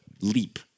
leap